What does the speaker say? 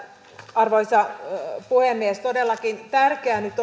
arvoisa puhemies todellakin tärkeää nyt